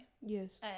Yes